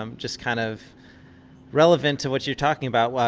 um just kind of relevant to what you're talking about.